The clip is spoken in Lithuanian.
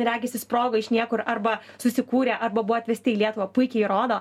regis išsprogo iš niekur arba susikūrė arba buvo atvesti į lietuvą puikiai įrodo